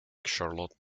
charlotte